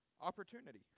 opportunity